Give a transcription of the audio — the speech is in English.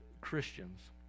Christians